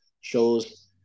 shows